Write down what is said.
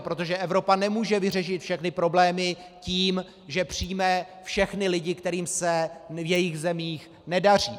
Protože Evropa nemůže vyřešit všechny problémy tím, že přijme všechny lidi, kterým se v jejich zemích nedaří.